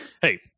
Hey